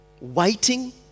waiting